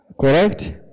Correct